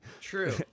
True